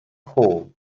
hall